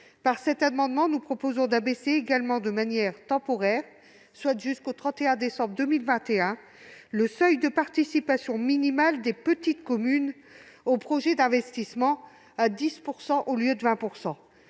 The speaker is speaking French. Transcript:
Par cet amendement, nous proposons d'abaisser également, de manière temporaire, soit jusqu'au 31 décembre 2021, le seuil de participation minimale des petites communes aux projets d'investissement à 10 % au lieu de 20 %.